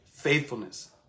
faithfulness